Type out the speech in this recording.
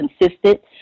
consistent